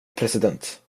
president